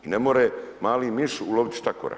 I ne može mali miš uloviti štakora.